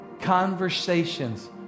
conversations